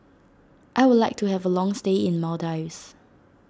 I would like to have a long stay in Maldives